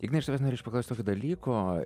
ignai aš tavęs norėčiau paklaust tokio dalyko